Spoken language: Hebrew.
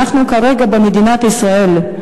אנחנו כרגע במדינת ישראל.